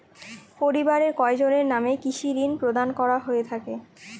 পরিবারের কয়জনের নামে কৃষি ঋণ প্রদান করা হয়ে থাকে?